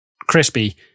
crispy